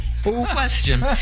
question